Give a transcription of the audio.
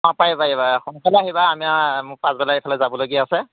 অঁ পাৰিব পাৰিব সোনকালে আহিবা আমাৰ মোৰ পাছবেলা এফালে যাবলগীয়া আছে